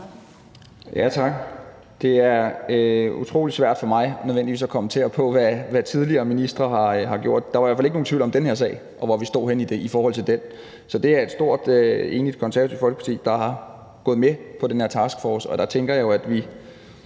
Det er nødvendigvis utrolig svært for mig at kommentere på, hvad tidligere ministre har gjort. Der var i hvert fald ikke nogen tvivl om den her sag og om, hvor vi stod henne i forhold til den. Så det er et stort, enigt Konservative Folkeparti, der er gået med på den her taskforce. Nu går der selvfølgelig